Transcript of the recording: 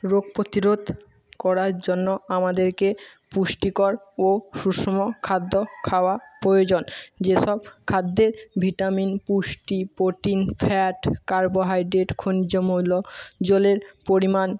রোগ প্রতিরোধ করার জন্য আমাদেরকে পুষ্টিকর ও সুষম খাদ্য খাওয়া প্রয়োজন যেসব খাদ্যে ভিটামিন পুষ্টি প্রোটিন ফ্যাট কার্বোহাইডেট খনিজ মৌল জলের পরিমাণ